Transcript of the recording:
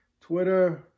Twitter